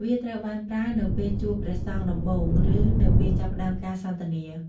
វាត្រូវបានប្រើនៅពេលជួបព្រះសង្ឃដំបូង ឬនៅពេលចាប់ផ្តើមការសន្ទនា។